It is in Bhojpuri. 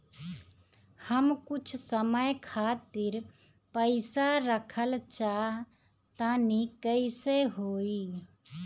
हम कुछ समय खातिर पईसा रखल चाह तानि कइसे होई?